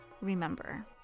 remember